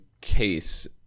case